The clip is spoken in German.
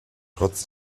trotz